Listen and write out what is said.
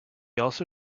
also